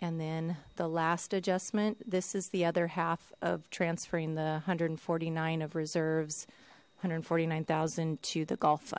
and then the last adjustment this is the other half of transferring the one hundred and forty nine of reserves one hundred and forty nine zero to the gulf